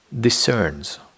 discerns